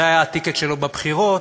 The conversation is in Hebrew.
שזה היה ה-ticket שלו בבחירות,